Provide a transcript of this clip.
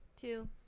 Two